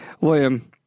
William